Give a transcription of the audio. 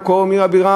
מה קורה עם עיר הבירה?